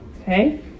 Okay